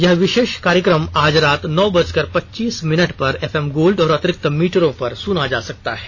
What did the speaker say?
यह विशेष कार्यक्रम आज रात नौ बजकर पच्चीस मिनट पर एफएम गोल्ड और अतिरिक्त मीटरों पर सुना जा सकता है